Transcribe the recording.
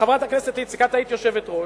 חברת הכנסת איציק, את היית יושבת-ראש,